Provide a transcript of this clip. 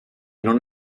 non